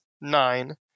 nine